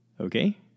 Okay